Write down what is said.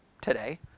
today